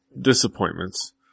disappointments